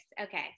Okay